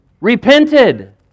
Repented